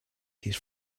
his